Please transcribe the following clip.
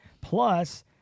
Plus